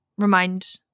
remind